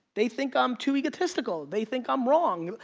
they think i'm too egotistical, they think i'm wrong.